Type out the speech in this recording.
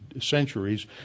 centuries